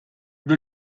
will